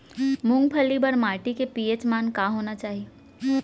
मूंगफली बर माटी के पी.एच मान का होना चाही?